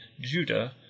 Judah